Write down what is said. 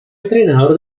entrenador